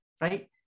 right